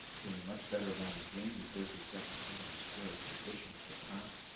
feeling much better about his game because he's got the club in a square position at the top.